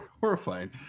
horrifying